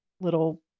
little